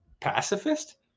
Pacifist